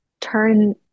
turn